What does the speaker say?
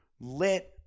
lit